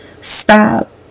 stop